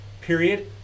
period